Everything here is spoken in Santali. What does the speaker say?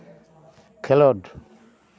ᱠᱷᱮᱞᱳᱰ